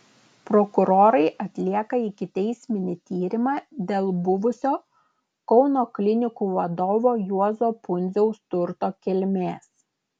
prokurorai atlieka ikiteisminį tyrimą dėl buvusio kauno klinikų vadovo juozo pundziaus turto kilmės